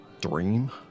dream